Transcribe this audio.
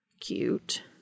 Cute